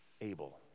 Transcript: Abel